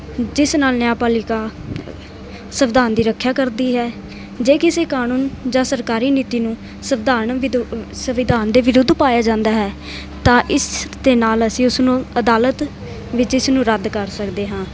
ਜਿਸ ਨਾਲ ਨਿਆਂਪਾਲਿਕਾ ਸੰਵਿਧਾਨ ਦੀ ਰੱਖਿਆ ਕਰਦੀ ਹੈ ਜੇ ਕਿਸੇ ਕਾਨੂੰਨ ਜਾਂ ਸਰਕਾਰੀ ਨੀਤੀ ਨੂੰ ਸੰਵਿਧਾਨ ਵਦੋ ਸੰਵਿਧਾਨ ਦੇ ਵਿਰੁੱਧ ਪਾਇਆ ਜਾਂਦਾ ਹੈ ਤਾਂ ਇਸ ਦੇ ਨਾਲ ਅਸੀਂ ਉਸਨੂੰ ਅਦਾਲਤ ਵਿੱਚ ਇਸ ਨੂੰ ਰੱਦ ਕਰ ਸਕਦੇ ਹਾਂ